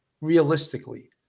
realistically